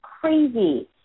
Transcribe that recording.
crazy